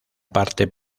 parte